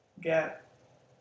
get